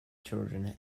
children